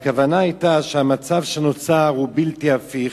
הכוונה היתה שהמצב שנוצר הוא בלתי הפיך,